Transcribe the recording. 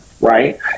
right